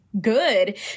good